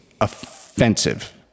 offensive